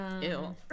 Ew